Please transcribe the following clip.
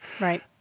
Right